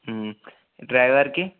డ్రైవర్కి